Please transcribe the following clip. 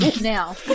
Now